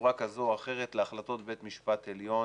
בצורה כזו או אחרת להחלטות בית משפט עליון